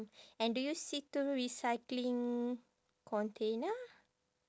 and do you see two recycling container